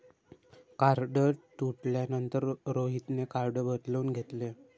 card तुटल्यानंतर रोहितने card बदलून घेतले